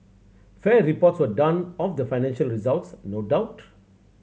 fair reports were done of the financial results no doubt